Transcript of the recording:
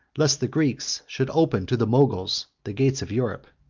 lest the greeks should open to the moguls the gates of europe.